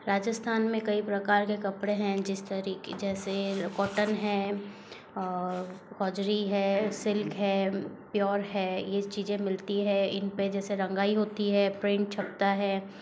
राजस्थान में कई प्रकार के कपड़े हैं जिस तरीके जैसे कॉटन है और हौजरी है सिल्क है प्योर है यह चीज़ें मिलती है इनपे जैसे रंगाई होती है प्रिंट छपता है